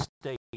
state